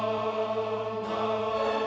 oh